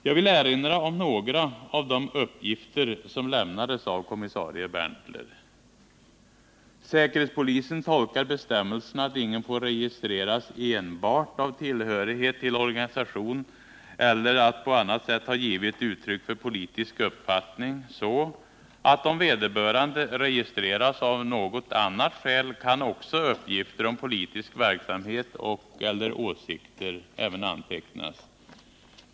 Jag vill erinra om några av de uppgifter som lämnades av kommissarie Berntler. Säkerhetspolisen tolkade bestämmelsen att ingen får registreras ”enbart” på grund av tillhörighet till organisation eller genom att på annat sätt ha givit uttryck för politisk uppfattning så, att om vederbörande registreras av något annat skäl kan också uppgifter om politisk verksamhet och/eller åsikter antecknas.